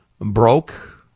broke